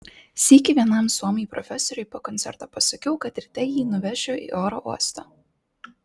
sykį vienam suomiui profesoriui po koncerto pasakiau kad ryte jį nuvešiu į oro uostą